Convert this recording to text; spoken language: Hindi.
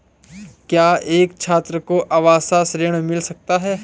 क्या एक छात्र को आवास ऋण मिल सकता है?